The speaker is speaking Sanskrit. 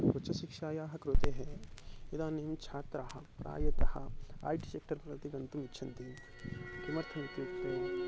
उच्चशिक्षायाः कृते इदानीं छात्राः प्रायशः ऐ टि सेक्टर प्रति गन्तुमिच्छन्ति किमर्थम् इत्युक्ते